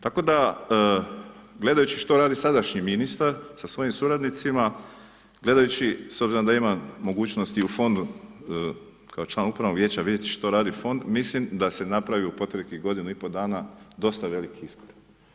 Tako da gledajući što radi sadašnji ministar sa svojim suradnicima, gledajući s obzirom da ima mogućnost i u fondu kao član upravnog vijeća vidjeti što radi fond mislim da se napravio u proteklih godinu i pol dana dosta veliki iskorak.